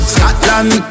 Scotland